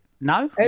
No